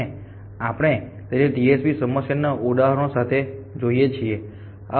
અને આપણે તેને TSP સમસ્યાના ઉદાહરણો સાથે જોઈએ છીએ